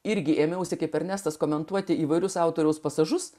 irgi ėmiausi kaip ernestas komentuoti įvairius autoriaus pasažus